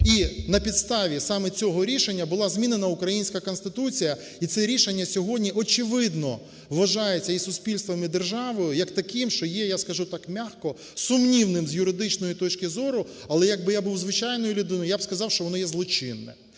І на підставі саме цього рішення була змінена українська Конституція. І це рішення сьогодні, очевидно, вважається і суспільством, і державою як таким що є, я скажу так м'яко, сумнівним з юридичної точки зору. Але, якби я був звичайною людиною, я сказав би, що воно є злочинне.